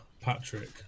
Patrick